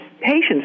Patients